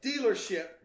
dealership